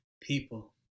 people